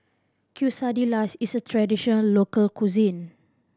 quesadillas is a traditional local cuisine